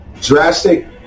drastic